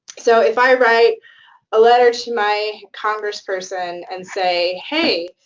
so if i write a letter to my congressperson and say, hey,